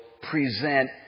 present